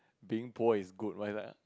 being boy is good but it's like a